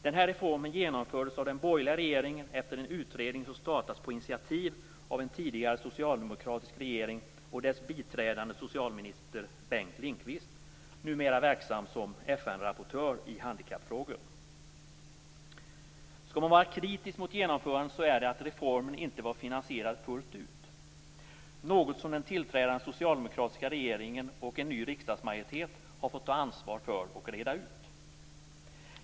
Den här reformen genomfördes av den borgerliga regeringen efter en utredning som startats på initiativ av en tidigare socialdemokratisk regering och dess biträdande socialminister Bengt Om man skall rikta någon kritik mot genomförandet så är det att reformen inte var finansierad fullt ut, något som den tillträdande socialdemokratiska regeringen och en ny riksdagsmajoritet har fått ta ansvar för och reda ut.